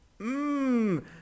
mmm